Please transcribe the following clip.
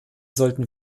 sollten